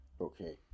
Okay